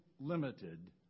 limited